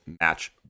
match